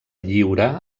lliure